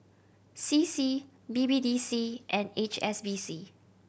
C C B B D C and H S B C